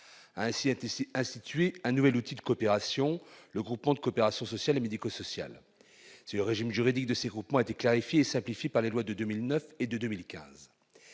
A ainsi été institué un nouvel outil de coopération : le groupement de coopération sociale et médico-sociale. Le régime juridique de ces groupements a été clarifié et simplifié par les lois de 2009 et 2015.